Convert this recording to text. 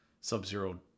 Sub-Zero